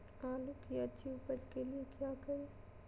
आलू की अच्छी उपज के लिए क्या करें?